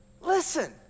listen